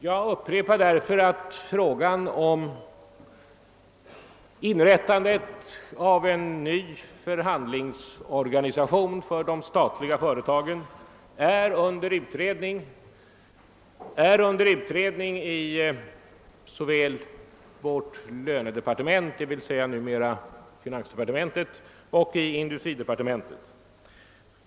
Jag upprepar därför att frågan om inrättande av en ny förhandlingsorganisation för de statliga företagen är under utredning såväl i vårt lönedepartement — d. v. s. numera finansdepartementet — som i industridepartementet.